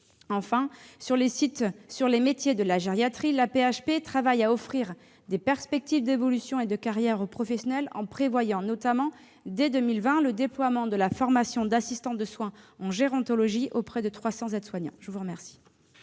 Enfin, sur les métiers de la gériatrie, l'AP-HP travaille à offrir des perspectives d'évolution et de carrière aux professionnels en prévoyant notamment, dès 2020, le déploiement de la formation d'assistant de soins en gérontologie auprès de 300 aides-soignants. La parole